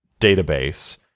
database